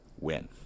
win